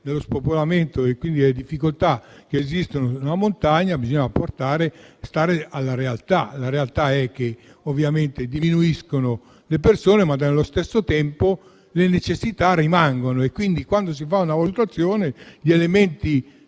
dello spopolamento e le difficoltà che esistono in montagna, bisogna attenersi alla realtà: la realtà è che diminuiscono le persone, ma allo stesso tempo le necessità rimangono e, quindi, quando si fa una valutazione, gli elementi